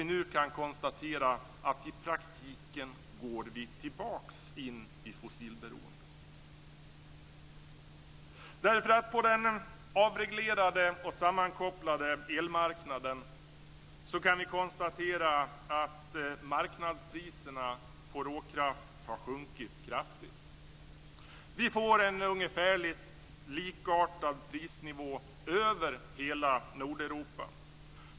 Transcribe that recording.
Vi kan nu konstatera att vi i praktiken går tillbaks in i fossilberoendet. På den avreglerade och sammankopplade elmarknaden kan vi konstatera att marknadspriserna på råkraft har sjunkit kraftigt. Vi får en ungefärligen likartad prisnivå över hela Nordeuropa.